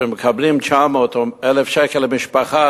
שמקבלים 900 או 1,000 שקל למשפחה,